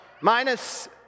minus